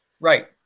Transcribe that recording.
Right